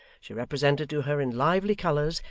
she represented to her in lively colours,